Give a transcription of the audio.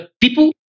people